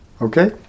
Okay